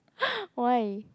why